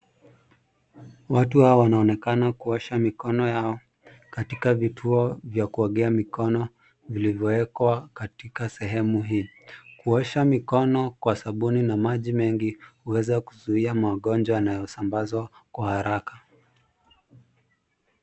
Watu hawa wanaonekana kuosha mikono yao katika vituo vya kuogea mikono vilivyowekwa katika sehemu hii. Kuosha mikono kwa sabuni na maji mengi huweza kuzuia magonjwa yanayosambazwa kwa haraka.